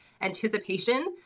anticipation